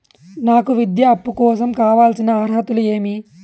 నాకు విద్యా అప్పు కోసం కావాల్సిన అర్హతలు ఏమి?